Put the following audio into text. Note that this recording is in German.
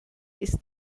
ist